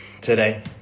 today